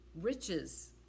riches